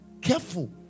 careful